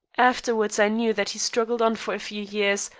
afterwards i knew that he struggled on for a few years,